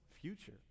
future